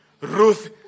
Ruth